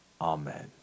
Amen